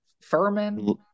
Furman